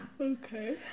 Okay